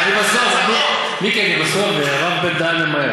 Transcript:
אני חוזר ואומר, זו תשובת בנק ישראל.